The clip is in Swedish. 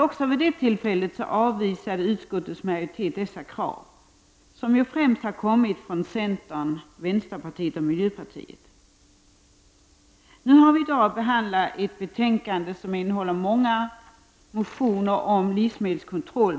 Också vid det tillfället avvisade utskottet dessa krav, vilka främst kommit från centern, vänsterpartiet och miljöpartiet. Vi behandlar i dag ett betänkande som innehåller många motioner om livsmedelskontroll.